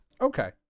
Okay